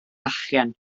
bachgen